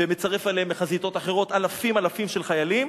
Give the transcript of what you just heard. ומצרף אליהם מחזיתות אחרות אלפים-אלפים של חיילים,